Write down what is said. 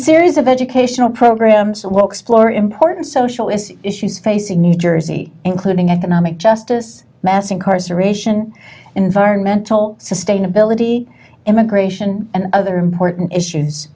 series of educational programs walks floor important social as issues facing new jersey including economic justice mass incarceration environmental sustainability immigration and other important issues